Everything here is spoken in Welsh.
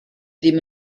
ddim